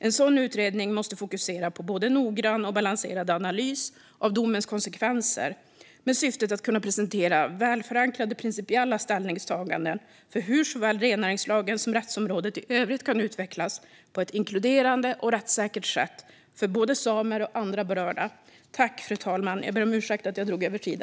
En sådan utredning måste fokusera på en både noggrann och balanserad analys av domens konsekvenser, med syftet att kunna presentera välförankrade principiella ställningstaganden för hur såväl rennäringslagen som rättsområdet i övrigt kan utvecklas på ett inkluderande och rättssäkert sätt för både samer och andra berörda.